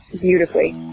beautifully